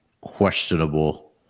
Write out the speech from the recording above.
Questionable